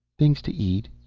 things to eat.